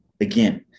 again